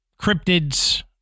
cryptids